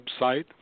website